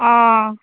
ᱚᱸ